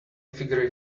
figure